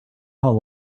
how